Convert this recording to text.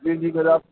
جی جی سر آپ